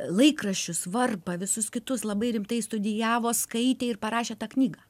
laikraščius varpą visus kitus labai rimtai studijavo skaitė ir parašė tą knygą